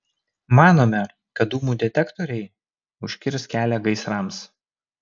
manome kad dūmų detektoriai užkirs kelią gaisrams